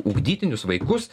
ugdytinius vaikus